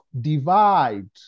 divide